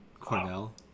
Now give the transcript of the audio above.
Cornell